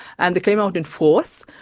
and they came out in force.